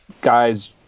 guys